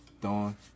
Dawn